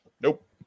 Nope